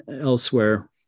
elsewhere